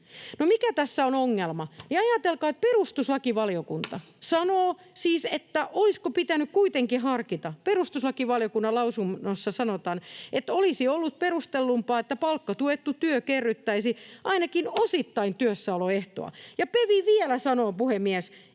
mikä tässä on ongelma? Ajatelkaa, että perustuslakivaliokunta siis sanoo, olisiko pitänyt kuitenkin harkita. Perustuslakivaliokunnan lausunnossa sanotaan, että olisi ollut perustellumpaa, että palkkatuettu työ kerryttäisi ainakin osittain työssäoloehtoa. Ja PeV vielä sanoo, puhemies,